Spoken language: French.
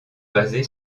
basée